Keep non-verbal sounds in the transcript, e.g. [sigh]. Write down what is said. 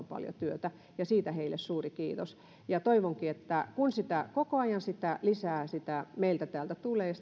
[unintelligible] paljon työtä ja siitä heille suuri kiitos toivonkin että kun sitä tietosuojan tarvetta koko ajan lisää meiltä täältä tulee [unintelligible]